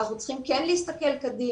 אנחנו צריכים כן להסתכל קדימה,